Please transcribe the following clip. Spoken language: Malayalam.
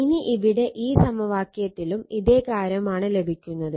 ഇനി ഇവിടെ ഈ സമവാക്യത്തിലും ഇതേ കാര്യമാണ് ലഭിക്കുന്നത്